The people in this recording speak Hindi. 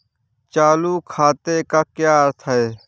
चालू खाते का क्या अर्थ है?